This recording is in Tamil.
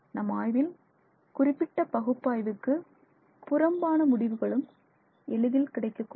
நம் ஆய்வில் குறிப்பிட்ட பகுப்பாய்வுக்கு புறம்பான முடிவுகளும் எளிதில் கிடைக்க கூடும்